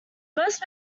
most